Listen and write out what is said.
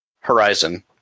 Horizon